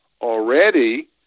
already